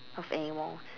of animals